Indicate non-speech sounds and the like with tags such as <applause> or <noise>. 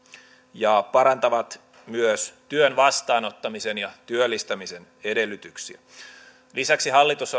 ja parantavat myös työn vastaanottamisen ja työllistämisen edellytyksiä lisäksi hallitus <unintelligible>